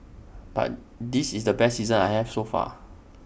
but this is the best season I have so far